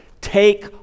take